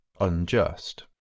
unjust